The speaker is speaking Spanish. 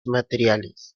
materiales